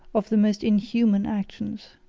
of the most inhuman actions.